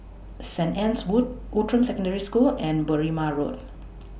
Saint Anne's Wood Outram Secondary School and Berrima Road